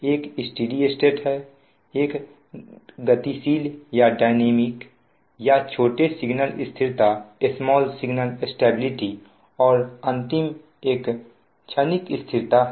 एक steady state है एक गतिशील या छोटे सिग्नल स्थिरता और अंतिम एक क्षणिक स्थिरता है